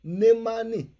nemani